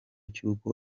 cy’uko